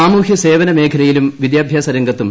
സാമൂഹ്യസേവനമേഖലയിലും വിദ്യാഭ്യാസ രംഗത്തും